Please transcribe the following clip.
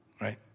right